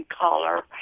color